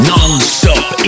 Non-stop